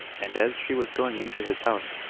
and as she was going into his house,